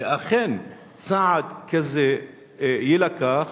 שאכן צעד כזה יילקח,